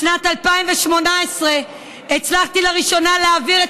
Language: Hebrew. בשנת 2018 הצלחתי לראשונה להעביר את